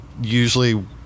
usually